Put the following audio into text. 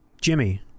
Jimmy